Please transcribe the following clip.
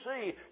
see